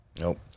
Nope